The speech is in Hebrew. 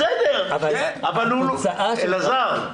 אלעזר,